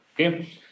okay